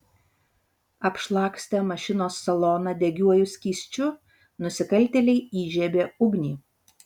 apšlakstę mašinos saloną degiuoju skysčiu nusikaltėliai įžiebė ugnį